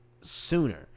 sooner